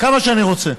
כמה שאני רוצה.